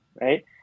right